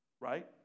right